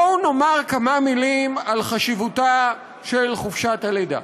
בואו נאמר כמה מילים על חשיבותה של חופשת הלידה.